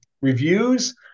reviews